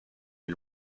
les